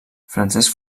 francesc